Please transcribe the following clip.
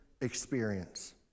experience